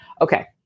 okay